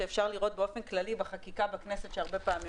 שאפשר לראות באופן כללי בחקיקה בכנסת שקורות הרבה פעמים: